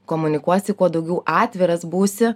komunikuosi kuo daugiau atviras būsi